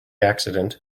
accident